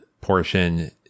portion